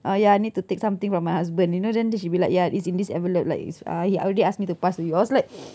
uh ya I need to take something from my husband you know then then she will like ya it's in this envelope like it's uh he already ask me to pass you I was like